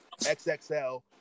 XXL